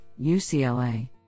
UCLA